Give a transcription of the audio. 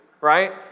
right